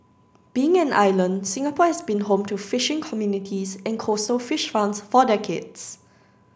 being an island Singapore has been home to fishing communities and coastal fish farms for decades